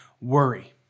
worry